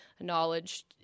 knowledge